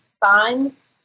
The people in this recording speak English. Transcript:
fines